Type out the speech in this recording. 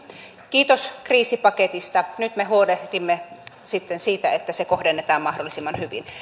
kiitos kriisipaketista nyt me huolehdimme sitten siitä että se kohdennetaan mahdollisimman hyvin